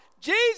Jesus